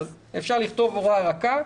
אפשר לכתוב הוראה רכה,